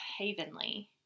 Havenly